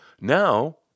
Now